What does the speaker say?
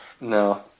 No